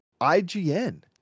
IGN